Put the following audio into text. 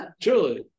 Truly